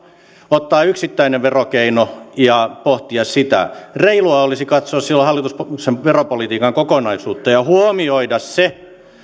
ottaa yksittäinen verokeino ja pohtia sitä reilua olisi katsoa silloin hallituksen veropolitiikan kokonaisuutta ja huomioida se